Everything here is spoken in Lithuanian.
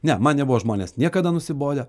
ne man nebuvo žmonės niekada nusibodę